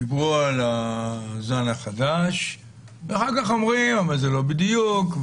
דיברו על הזן החדש ואחר כך אומרים שזה לא בדיוק,